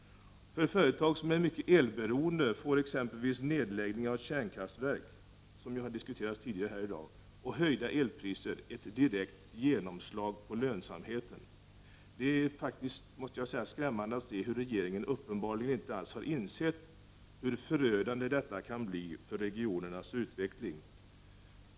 För företag som är mycket elberoende får exempelvis nedläggning av ett kärnkraftverk — som ju har diskuterats tidigare i dag — och höjda elpriser ett direkt genomslag på lönsamheten. Det är faktiskt skrämmande att se hur regeringen uppenbarligen inte alls har insett hur förödande detta kan bli för regionernas utveckling.